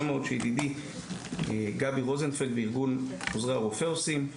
מאוד שידידי גבי רוזנפלד מארגון עוזרי הרופא עושים.